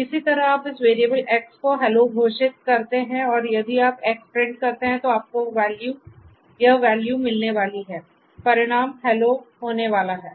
इसी तरह आप इस वेरिएबल X को हेलो घोषित करते हैं और यदि आप X प्रिंट करते हैं तो आपको यह वैल्यू मिलने वाली है परिणाम हेल्लो होने वाला है